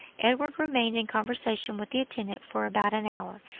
edward remained in conversation with the intendant for about an hour,